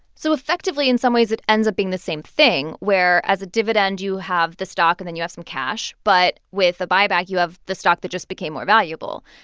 so effectively, in some ways, it ends up being the same thing where as a dividend, you have the stock and then you have some cash. but with the buyback, you have the stock that just became more valuable.